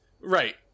Right